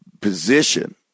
position